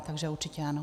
Takže určitě ano.